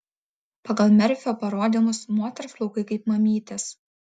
pagal merfio parodymus moters plaukai kaip mamytės